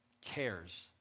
cares